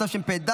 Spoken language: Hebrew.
התשפ"ד